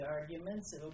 arguments